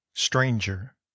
Stranger